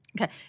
Okay